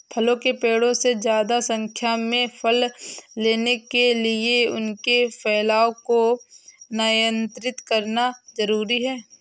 फलों के पेड़ों से ज्यादा संख्या में फल लेने के लिए उनके फैलाव को नयन्त्रित करना जरुरी है